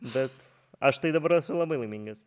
bet aš tai dabar esu labai laimingas